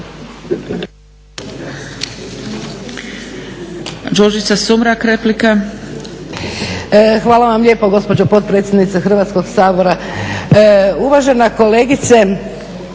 Hvala vam lijepo gospođo potpredsjednice Hrvatskog sabora. Uvažena kolegice